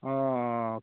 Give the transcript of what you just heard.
অঁ